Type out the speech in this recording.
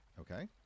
okay